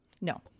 No